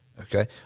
Okay